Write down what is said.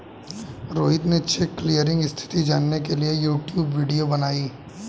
रोहित ने cheque clearing स्थिति जानने के लिए यूट्यूब वीडियो बनाई